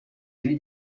ele